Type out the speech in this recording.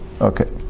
Okay